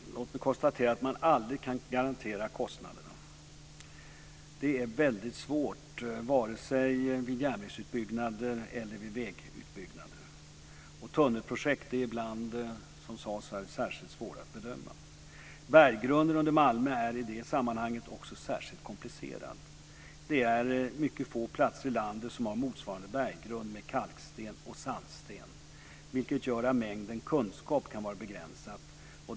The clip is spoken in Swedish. Herr talman! Låt mig konstatera att man aldrig kan garantera kostnaderna. Det är väldigt svårt vare sig det gäller järnvägsutbyggnader eller det gäller vägutbyggnader. Tunnelprojekt är ibland, som sades här, särskilt svåra att bedöma. Berggrunden under Malmö är i det sammanhanget särskilt komplicerad. Mycket få platser i landet har en motsvarande berggrund med kalksten och sandsten, vilket gör att mängden kunskap kan vara begränsad.